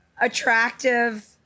attractive